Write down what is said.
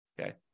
Okay